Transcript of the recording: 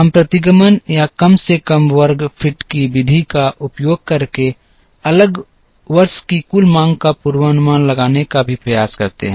हम प्रतिगमन या कम से कम वर्ग फिट की विधि का उपयोग करके अगले वर्ष की कुल मांग का पूर्वानुमान लगाने का भी प्रयास करते हैं